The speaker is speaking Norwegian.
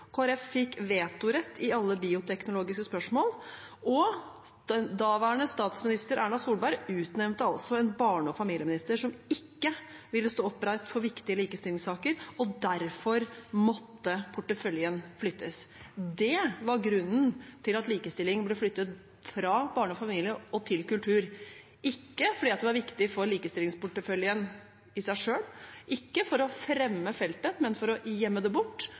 fikk vetorett i alle bioteknologiske spørsmål, og daværende statsminister, Erna Solberg, utnevnte en barne- og familieminister som ikke ville stå oppreist for viktige likestillingssaker. Derfor måtte porteføljen flyttes. Det var grunnen til at likestilling ble flyttet fra Barne- og familiedepartementet til Kulturdepartementet, ikke fordi det var viktig for likestillingsporteføljen i seg selv, ikke for å fremme feltet, men for å gjemme det bort,